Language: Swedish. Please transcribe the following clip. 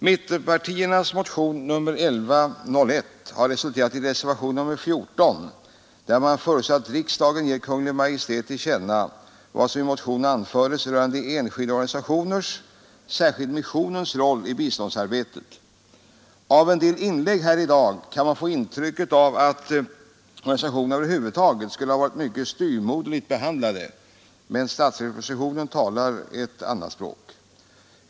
Mittenpartiernas motion nr 1101 har resulterat i reservationen 14, där det föreslås att riksdagen ger Kungl. Maj:t till känna vad som i motionen anföres rörande enskilda organisationers — särskilt missionens — roll i biståndsarbetet. Av en del inlägg här i dag kan man få intrycket att organisationerna över huvud taget skulle ha varit mycket styvmoderligt behandlade, men statsverkspropositionen talar ett annat språk.